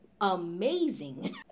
amazing